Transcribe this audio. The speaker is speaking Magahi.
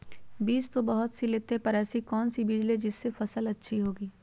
बीज तो बहुत सी लेते हैं पर ऐसी कौन सी बिज जिससे फसल अच्छी होगी?